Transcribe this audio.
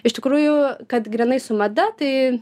iš tikrųjų kad grynai su mada tai